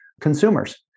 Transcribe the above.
consumers